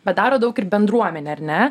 bet daro daug ir bendruomenė ar ne